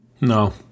No